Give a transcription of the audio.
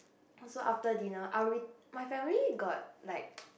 also after dinner our routine~ my family got like